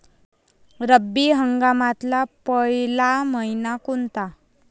रब्बी हंगामातला पयला मइना कोनता?